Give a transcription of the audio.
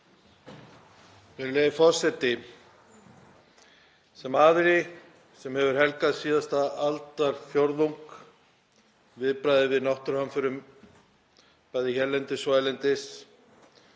Virðulegi forseti. Sem aðili sem hefur helgað síðasta aldarfjórðung viðbragði við náttúruhamförum, bæði hérlendis og erlendis,